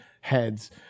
heads